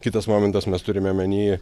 kitas momentas mes turime omeny